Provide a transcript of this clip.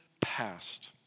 past